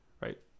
right